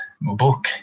book